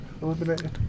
eliminated